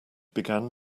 began